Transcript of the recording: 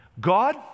God